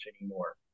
anymore